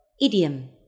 Idiom